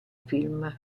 film